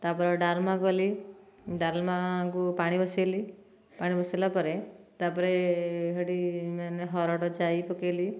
ତାପରେ ଡାଲମା କଲି ଡାଲମା କୁ ପାଣି ବସେଇଲି ପାଣି ବସେଇଲା ପରେ ତାପରେ ସେଇଠି ମାନେ ହରଡ଼ ଜାଇ ପକେଇଲି